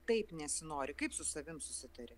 taip nesinori kaip su savim susitari